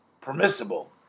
permissible